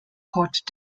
port